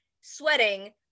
sweating